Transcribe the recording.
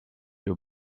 you